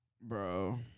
Bro